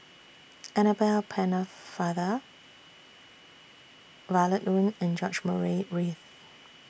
Annabel Pennefather Violet Oon and George Murray Reith